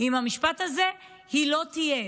בחייהן עם המשפט הזה: היא לא תהיה,